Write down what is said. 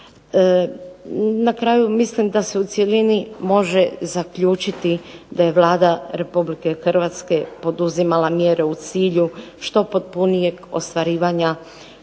Na kraju mislim da se u cjelini može zaključiti da je Vlada Republike Hrvatske poduzimala mjere u cilju što potpunijeg ostvarivanja